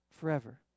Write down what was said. forever